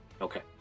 okay